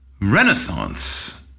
renaissance